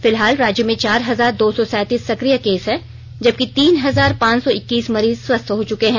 फिलहाल राज्य में चार हजार दो सौ सैंतीस सक्रिय केस हैं जबकि तीन हजार पांच सौ इक्कीस मरीज स्वस्थ हो चुके हैं